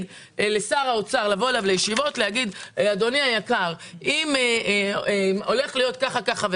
לבוא אל שר האוצר לישיבות ולהגיד לו שהולך להיות כך וכך,